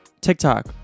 TikTok